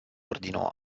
ordinò